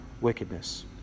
wickedness